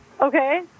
okay